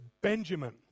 Benjamin